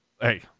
hey